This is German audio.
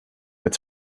mit